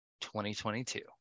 2022